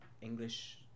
English